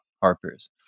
harper's